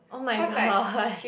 oh my god